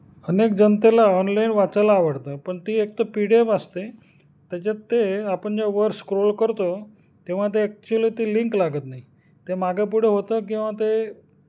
अनेक जनतेला ऑनलाईन वाचायला आवडतं पण ती एक तर पी डी एफ असते त्याच्यात ते आपण जे वर स्क्रोल करतो तेव्हा ते ॲक्च्युअली ते लिंक लागत नाही ते मागंपुढं होतं किंवा ते